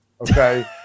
okay